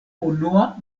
unua